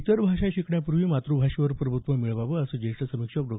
इतर भाषा शिकण्याआधी मातृभाषेवर प्रभुत्व हवं असं ज्येष्ठ समीक्षक डॉ